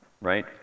right